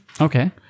Okay